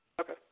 Okay